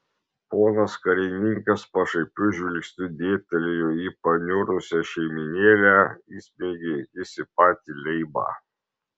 ponas karininkas pašaipiu žvilgsniu dėbtelėjo į paniurusią šeimynėlę įsmeigė akis į patį leibą